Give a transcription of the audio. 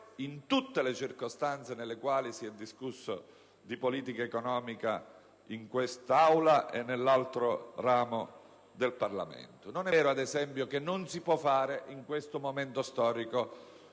in tutte le circostanze nelle quali si è discusso di politica economica, in quest'Aula e nell'altro ramo del Parlamento. Non è vero, ad esempio, che in questo momento storico